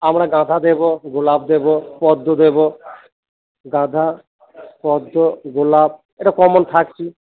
আমরা গাঁদা দেব গোলাপ দেব পদ্ম দেব গাঁদা পদ্ম গোলাপ এটা কমন থাকছেই